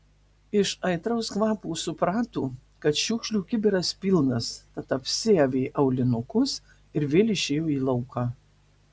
iš aitraus kvapo suprato kad šiukšlių kibiras pilnas tad apsiavė aulinukus ir vėl išėjo į lauką